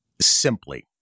simply